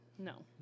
No